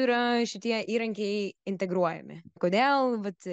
yra šitie įrankiai integruojami kodėl vat